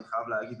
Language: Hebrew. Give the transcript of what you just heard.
אני חייב להגיד,